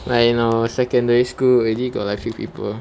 like in our secondary school already got like fake people